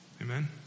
Amen